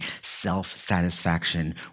self-satisfaction